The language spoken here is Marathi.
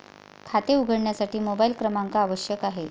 खाते उघडण्यासाठी मोबाइल क्रमांक आवश्यक आहे